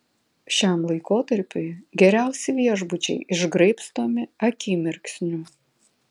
šiam laikotarpiui geriausi viešbučiai išgraibstomi akimirksniu